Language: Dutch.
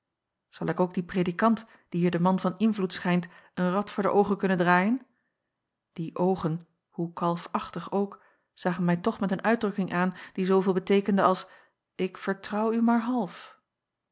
zal ik ook dien predikant die hier de man van invloed schijnt een rad voor de oogen kunnen draaien die oogen hoe kalfachtig ook zagen mij toch met een uitdrukking aan die zooveel beteekende als ik vertrouw u maar half